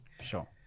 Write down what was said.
sure